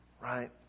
Right